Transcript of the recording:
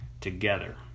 together